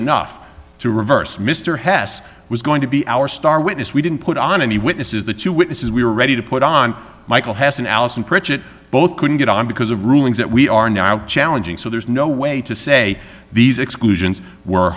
enough to reverse mr hess was going to be our star witness we didn't put on any witnesses the two witnesses we were ready to put on michael hasn't allison pritchett both couldn't get on because of rulings that we are now challenging so there's no way to say these exclusions were